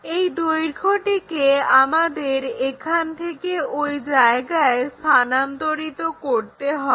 এই দৈর্ঘ্যটিকে আমাদের এখান থেকে ওই জায়গায় স্থানান্তরিত করতে হবে